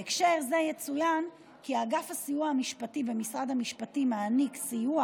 בהקשר זה יצוין כי אגף הסיוע המשפטי במשרד המשפטים מעניק סיוע